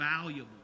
valuable